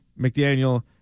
McDaniel